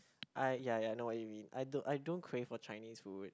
I ya ya I know what you mean I don't I don't crave for Chinese food